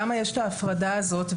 למה יש את ההפרדה הזאת?